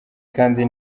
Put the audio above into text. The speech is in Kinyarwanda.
kandi